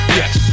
yes